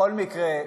בכל מקרה,